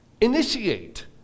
Initiate